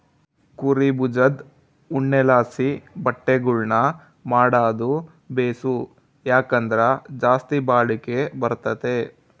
ಕುರೀ ಬುಜದ್ ಉಣ್ಣೆಲಾಸಿ ಬಟ್ಟೆಗುಳ್ನ ಮಾಡಾದು ಬೇಸು, ಯಾಕಂದ್ರ ಜಾಸ್ತಿ ಬಾಳಿಕೆ ಬರ್ತತೆ